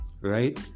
Right